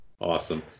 Awesome